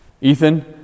Ethan